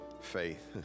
Faith